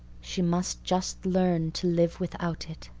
she must just learn to live without it.